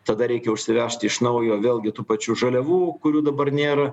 tada reikia užsivežti iš naujo vėlgi tų pačių žaliavų kurių dabar nėra